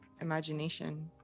imagination